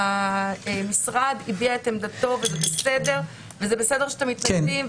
המשרד הביע את עמדתו וזה בסדר שאתם מתנגדים,